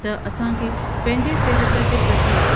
त असांखे पंहिंजे सिहत जे प्रति